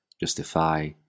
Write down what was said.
justify